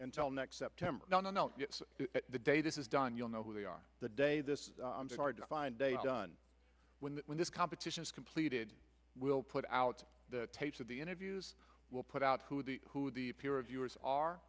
until next september no no no the day this is done you'll know who they are the day this hard to find a done when when this competition is completed we'll put out the tapes of the interviews will put out who the who the pira viewers are